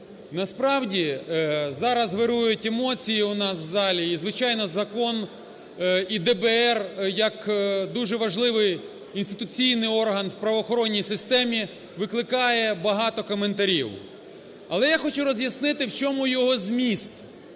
насправді зараз вирують емоції у нас в залі, і звичайно, закон і ДБР як дуже важливий інституційний орган в правоохоронній системі викликає багато коментарів. Але я хочу роз'яснити в чому його зміст,